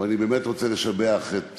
אבל אני באמת רוצה לשבח את